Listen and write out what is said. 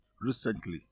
recently